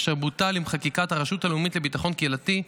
אשר בוטל עם חקיקת הרשות הלאומית לביטחון קהילתי,